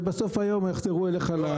ובסוף היום יחזרו אליך לחלקה.